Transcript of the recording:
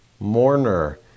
Mourner